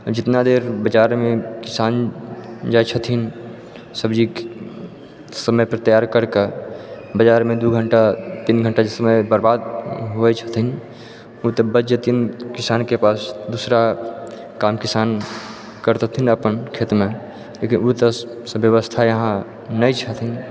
जेतना देर बाजार मे किसान जाइ छथिन सब्जी समय पर तैयार कर के बाजार मे दू घण्टा तीन घण्टा जे समय बर्बाद होइ छथिन ओ तऽ बचि जेथिन किसान के पास दूसरा काम किसान करतथिन अपन खेत मे ओ तऽ व्यवस्था यहाँ नहि छथिन